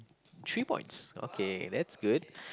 three points okay that's good